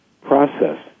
process